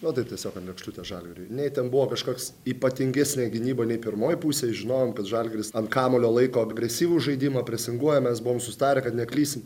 na tai tiesiog ant lėkštutės žalgiriui nei ten buvo kažkas ypatingesnio gynyba nei pirmoje pusėje žinojome kad žalgiris ant kamuolio laiko agresyvų žaidimą presinguoja mes buvome susitarę kad neklysime